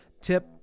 Tip